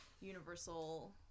universal